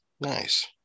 Nice